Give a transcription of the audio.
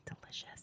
Delicious